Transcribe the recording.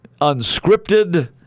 Unscripted